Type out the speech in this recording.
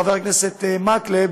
חבר הכנסת מקלב,